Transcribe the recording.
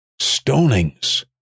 stonings